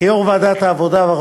לוועדת העבודה,